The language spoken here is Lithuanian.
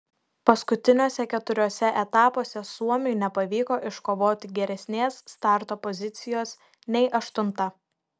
paskutiniuose keturiuose etapuose suomiui nepavyko iškovoti geresnės starto pozicijos nei aštunta